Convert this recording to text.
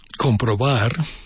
comprobar